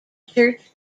church